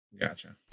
Gotcha